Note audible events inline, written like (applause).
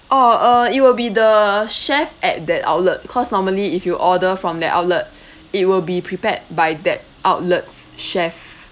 oh uh it will be the chef at that outlet cause normally if you order from that outlet (breath) it will be prepared by that outlet's chef